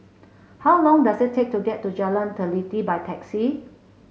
how long does it take to get to Jalan Teliti by taxi